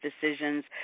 decisions